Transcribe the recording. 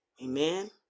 Amen